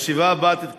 בעד, 9,